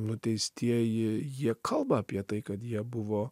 nuteistieji jie kalba apie tai kad jie buvo